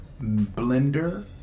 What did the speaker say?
blender